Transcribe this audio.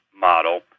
model